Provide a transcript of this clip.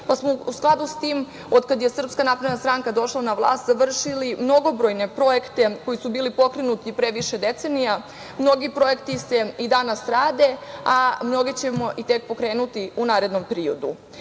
pa smo u skladu s tim od kada je SNS došla na vlast završili mnogobrojne projekte koji su bili pokrenuti pre više decenija. Mnogi projekti se i danas rade, a mnoge ćemo tek pokrenuti u narednom periodu. Snovi